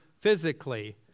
physically